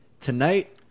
Tonight